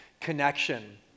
connection